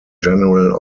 general